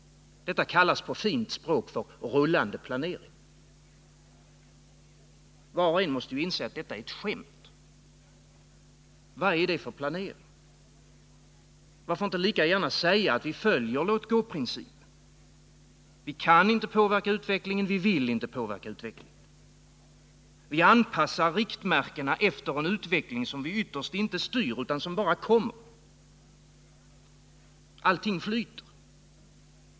Detta kallas på fint språk för rullande planering. Var och en måste inse att detta är ett skämt. Vad är det för planering? Varför inte lika gärna säga: Vi följer låt-gå-principen. Vi kan inte påverka utvecklingen. Vi vill inte påverka den. Vi anpassar riktmärkena efter en utveckling som vi ytterst inte styr, utan som bara kommer. Allting flyter.